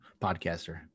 Podcaster